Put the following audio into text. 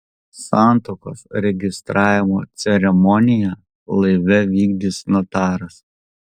santuokos registravimo ceremoniją laive vykdys notaras